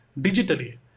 digitally